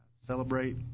celebrate